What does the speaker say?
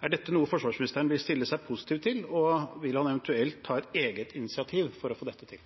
Er dette noe forsvarsministeren vil stille seg positiv til? Og vil han eventuelt ta et eget initiativ for å få dette til?